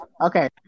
okay